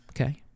Okay